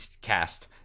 cast